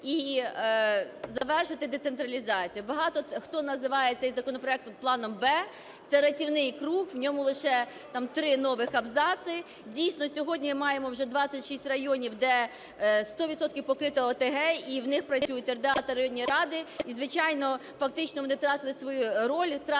і завершити децентралізацію. Багато хто називає цей законопроект планом "Б", це рятівний круг, в ньому лише там три нових абзаци. Дійсно, сьогодні маємо вже 26 районів, де сто відсотків покрито ОТГ, і в них працюють РДА та районні ради, і, звичайно, фактично, вони втратили свої роль,